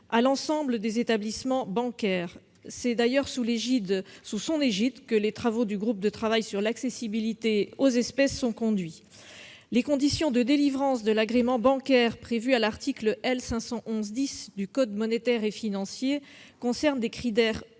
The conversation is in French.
à l'ensemble des établissements bancaires. C'est d'ailleurs sous son égide que les travaux du groupe de travail sur l'accessibilité aux espèces sont conduits. Les conditions de délivrance de l'agrément bancaire prévues à l'article L. 511-10 du code monétaire et financier concernent des critères